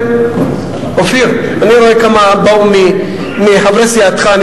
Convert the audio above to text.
כמה באו מחברי סיעתך.